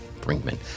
brinkman